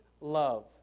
love